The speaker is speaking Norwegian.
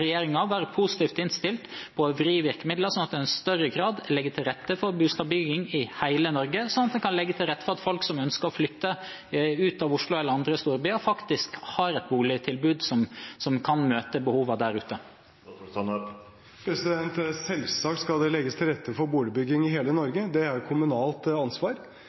grad legger til rette for boligbygging i hele Norge, så en kan legge til rette for at folk som ønsker å flytte ut av Oslo eller andre storbyer, faktisk har et boligtilbud som kan møte behovene, der ute? Selvsagt skal det legges til rette for boligbygging i hele Norge. Det er jo et kommunalt ansvar.